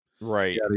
right